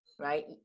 Right